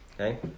Okay